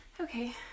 Okay